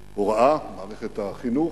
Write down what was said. ההוראה, מערכת החינוך.